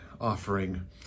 offering